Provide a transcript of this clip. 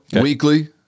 Weekly